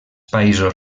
països